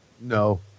No